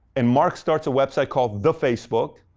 and mark starts a website called the facebook,